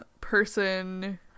person